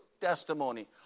testimony